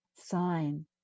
sign